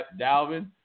Dalvin